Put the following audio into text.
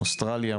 אוסטרליה,